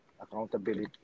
Accountability